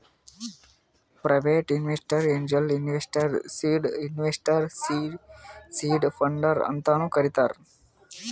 private ಇನ್ವೆಸ್ಟರ್ಗ angel investor, seed investor, seed funder ಅಂತಾನು ಕರಿತಾರ್